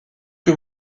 que